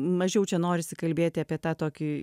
mažiau čia norisi kalbėti apie tą tokį